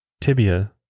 tibia